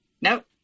nope